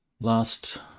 Last